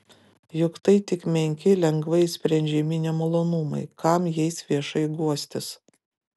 juk tai tik menki lengvai išsprendžiami nemalonumai kam jais viešai guostis